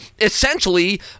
essentially